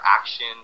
action